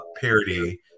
parody